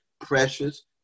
precious